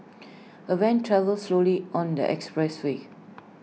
the van travelled slowly on the expressway